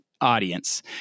audience